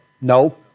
No